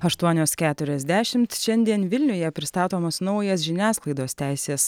aštuonios keturiasdešimt šiandien vilniuje pristatomas naujas žiniasklaidos teisės